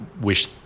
wish